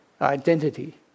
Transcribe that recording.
identity